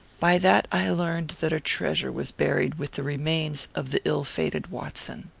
by that i learned that a treasure was buried with the remains of the ill-fated watson.